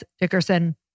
Dickerson